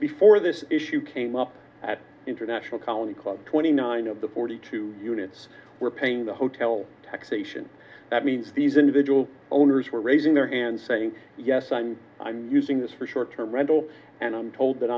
before this issue came up at international colony club twenty nine of the forty two units were paying the hotel taxation that means these individual owners were raising their hand saying yes i'm i'm using this for short term rental and i'm told that